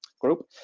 group